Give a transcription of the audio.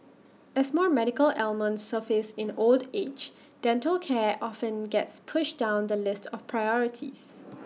as more medical ailments surface in old age dental care often gets pushed down the list of priorities